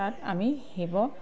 তাত আমি শিৱক